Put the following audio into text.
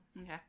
okay